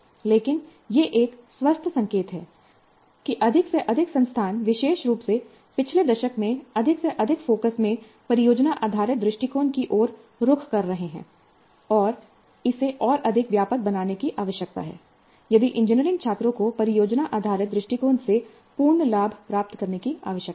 लेकिन यह एक स्वस्थ संकेत है कि अधिक से अधिक संस्थान विशेष रूप से पिछले दशक में अधिक से अधिक फोकस में परियोजना आधारित दृष्टिकोण की ओर रुख कर रहे हैं और इसे और अधिक व्यापक बनाने की आवश्यकता है यदि इंजीनियरिंग छात्रों को परियोजना आधारित दृष्टिकोण से पूर्ण लाभ प्राप्त करने की आवश्यकता है